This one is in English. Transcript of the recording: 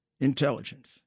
intelligence